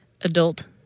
adult